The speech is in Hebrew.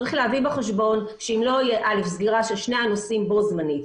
צריך להביא בחשבון שאם לא יהיה סגירה של שני הנושאים בו זמנית,